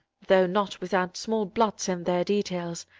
though not without small blots in their details,